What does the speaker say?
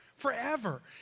forever